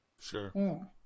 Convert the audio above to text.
Sure